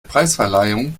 preisverleihung